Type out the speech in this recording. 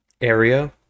area